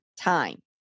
time